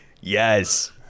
Yes